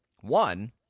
one